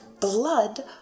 blood